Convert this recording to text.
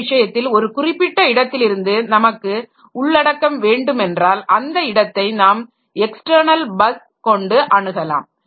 இந்த விஷயத்தில் ஒரு குறிப்பிட்ட இடத்திலிருந்து நமக்கு உள்ளடக்கம் வேண்டுமென்றால் அந்த இடத்தை நாம் எக்ஸ்ட்டர்ணல் பஸ் கொண்டு அணுகலாம்